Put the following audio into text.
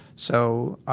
so